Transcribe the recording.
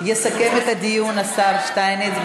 יסכם את הדיון השר שטייניץ.